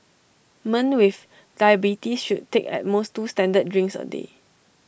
men with diabetes should take at most two standard drinks A day